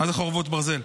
מה זה חרבות ברזל,